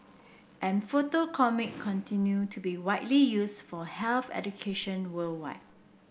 and photo comic continue to be widely used for health education worldwide